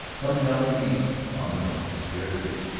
coming out of the east on the run, scared to death,